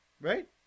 Right